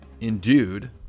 endued